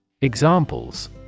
Examples